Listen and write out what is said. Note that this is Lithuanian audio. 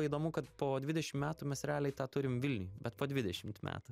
įdomu kad po dvidešim metų mes realiai tą turim vilniuj bet po dvidešimt metų